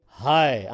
hi